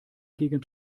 gegen